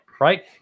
right